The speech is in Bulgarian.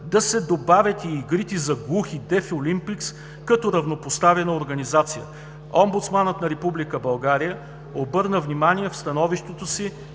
да се добавят и игрите за глухи „Дефлимпикс“ като равнопоставена организация. Омбудсманът на Република България обърна внимание в становището си